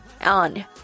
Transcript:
on